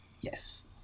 Yes